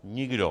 Nikdo.